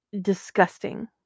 disgusting